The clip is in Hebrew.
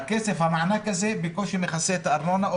המענק הזה בקושי מכסה את הארנונה.